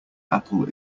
apple